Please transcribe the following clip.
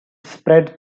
spread